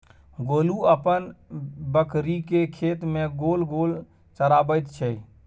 गोलू अपन बकरीकेँ खेत मे गोल गोल चराबैत छै